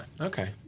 Okay